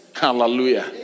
Hallelujah